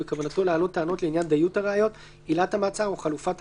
לעניין אופן הסעת אסירים ועצורים לבית